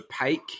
opaque